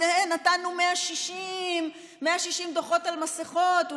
נתנו 160 דוחות על מסכות,